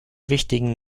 wichtigen